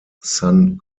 sun